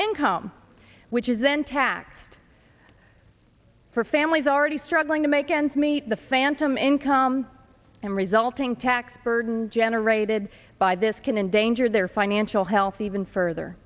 income which is then taxed for families already struggling to make ends meet the phantom income and resulting tax burden generated by this can endanger their financial health even further